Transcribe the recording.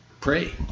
pray